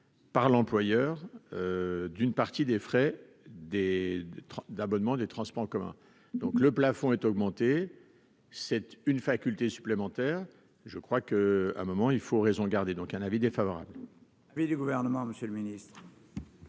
par l'employeur, d'une partie des frais des d'abonnement des transports en commun, donc le plafond est augmenté cette une faculté supplémentaire, je crois que, à un moment il faut raison garder, donc un avis défavorable.